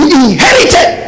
inherited